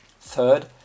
Third